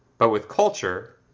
but with culture,